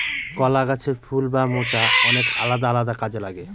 কলা গাছের ফুল বা মোচা অনেক আলাদা আলাদা কাজে লাগে